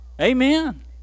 Amen